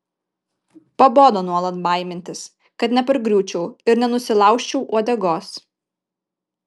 pabodo nuolat baimintis kad nepargriūčiau ir nenusilaužčiau uodegos